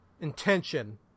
intention